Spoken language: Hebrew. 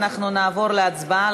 אנחנו נעבור להצבעה,